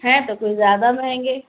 ہیں تو کچھ زیادہ مہنگے